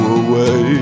away